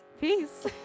peace